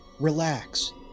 relax